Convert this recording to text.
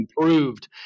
improved